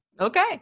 Okay